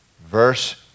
verse